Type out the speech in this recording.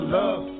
love